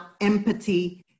empathy